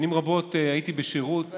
שנים רבות הייתי בשירות במשטרה,